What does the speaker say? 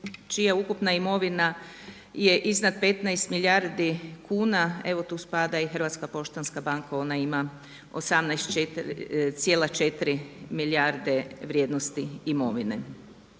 čija ukupna imovina je iznad 15 milijardi kuna. Evo tu spada i Hrvatska poštanska banka, ona ima 18,4 milijarde vrijednosti imovine.